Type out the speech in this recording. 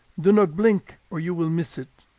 do not blink or you will miss it!